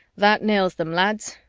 that nails them, lads,